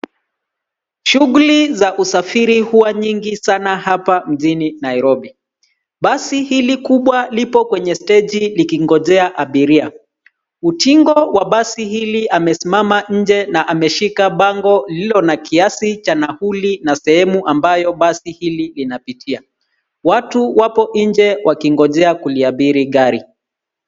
Shughuli za usafiri huwa nyingi sana hapa mjini Nairobi. Basi hili kubwa lipo kwenye stegi likingojea abiria. Utingo wa basi hili amesimama nje na ameshika bango lililo na kiasi cha nauli na sehemu ambayo basi hili linapitia. Watu wapo nje wakingojea kuliabiri gari.